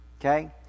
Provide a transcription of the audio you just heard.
Okay